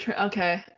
okay